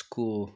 school